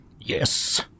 Yes